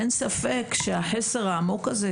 אין ספק שהחסר העמוק הזה,